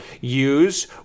use